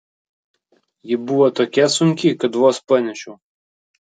ji buvo tokia sunki kad vos panešiau